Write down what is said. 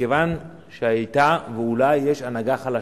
מכיוון שהיתה, ואולי יש, הנהגה חלשה.